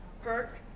Hurt